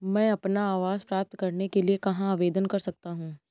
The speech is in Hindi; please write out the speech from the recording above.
मैं अपना आवास प्राप्त करने के लिए कहाँ आवेदन कर सकता हूँ?